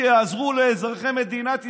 במקום שיעזרו לאזרחי מדינת ישראל,